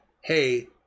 hey